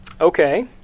Okay